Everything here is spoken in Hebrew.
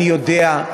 אני יודע,